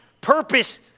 Purpose